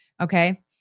Okay